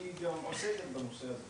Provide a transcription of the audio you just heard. אני אתמקד בנושא של